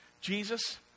Jesus